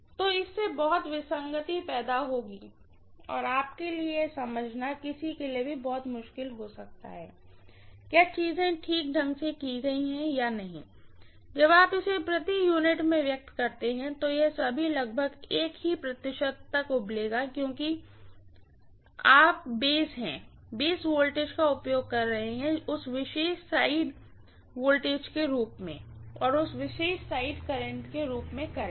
तो इससे बहुत विसंगति पैदा होगी और आपके लिए यह समझना किसी के लिए भी बहुत मुश्किल हो सकता है कि क्या चीजें ठीक से की गई हैं या नहीं जब आप इसे प्रति यूनिट में व्यक्त करते हैं तो यह सभी लगभग एक ही प्रतिशत तक उबलेगा क्योंकि आप हैं बेस वोल्टेज का उपयोग उस विशेष साइड वोल्टेज के रूप में और उस विशेष साइड करंट के रूप में करंट